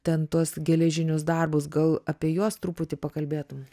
ten tuos geležinius darbus gal apie juos truputį pakalbėtum